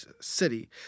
city